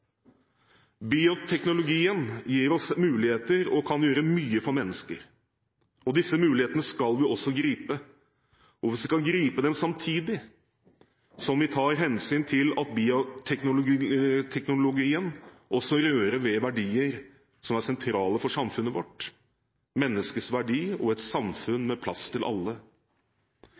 Bioteknologien gir oss muligheter og kan gjøre mye for mennesker. Disse mulighetene skal vi også gripe, og vi skal gripe dem samtidig som vi tar hensyn til at bioteknologien også rører ved verdier som er sentrale for samfunnet vårt, menneskets verdi og et samfunn med plass til alle.